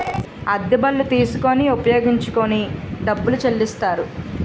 అద్దె బళ్ళు తీసుకొని ఉపయోగించుకొని డబ్బులు చెల్లిస్తారు